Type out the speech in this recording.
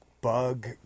bug